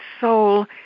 soul